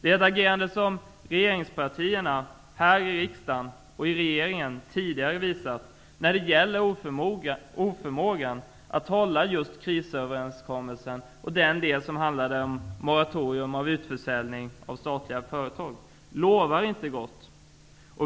Det agerande som regeringen och regeringspartierna här i riksdagen tidigare har visat när det gäller oförmågan att hålla just krisöverenskommelsen och den del som handlade om moratorium av utförsäljning av statliga företag lovar inte gott.